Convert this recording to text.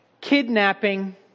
kidnapping